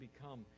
become